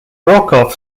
brokaw